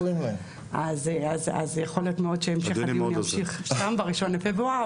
אז יכול להיות מאוד שהמשך הדיון ימשיך גם בראשון בפברואר.